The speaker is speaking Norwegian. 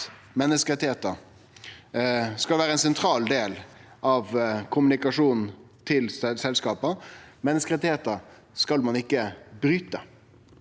menneskerettar skal vere ein sentral del av kommunikasjonen til selskapa. Menneskerettar skal ein ikkje bryte.